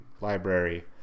Library